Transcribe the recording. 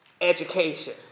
education